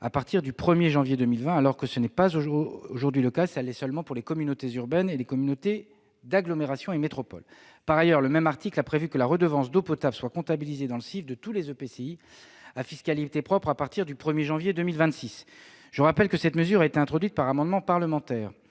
à partir du 1 janvier 2020, alors que tel n'est pas le cas aujourd'hui, hormis pour les communautés urbaines, les communautés d'agglomération et les métropoles. Par ailleurs, le même article a prévu que la redevance d'eau potable sera comptabilisée dans le CIF de tous les EPCI à fiscalité propre à partir du 1 janvier 2026. Je rappelle que cette mesure a été introduite par amendement parlementaire.